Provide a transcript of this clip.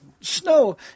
Snow